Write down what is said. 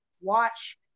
watch